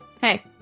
hey